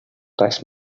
res